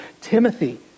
Timothy